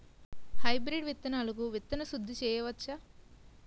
Hybrid విత్తనాలకు విత్తన శుద్ది చేయవచ్చ?